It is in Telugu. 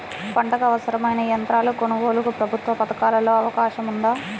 పంటకు అవసరమైన యంత్రాల కొనగోలుకు ప్రభుత్వ పథకాలలో అవకాశం ఉందా?